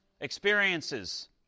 Experiences